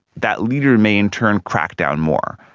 that leader may in turn crack down more,